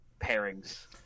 pairings